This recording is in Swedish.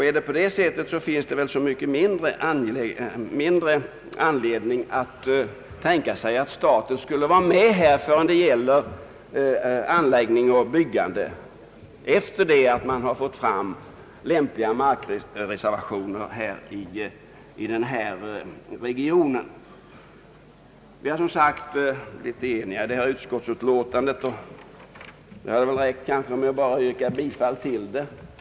Är det på det sättet finns det väl så mycket mindre anledning att tänka sig att staten skulle vara med förrän det gällre anläggning och byggande efter det att man har fått fram lämpliga markreservationer i regionen. Vi har, som sagt, blivit eniga om detta utskottsutlåtande. Det hade kanske räckt med att bara yrka bifall till utlåtandet.